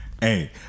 Hey